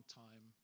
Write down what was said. time